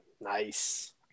Nice